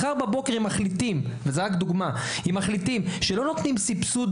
מחר בבוקר אם מחליטים שלא נותנים סבסוד